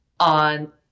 on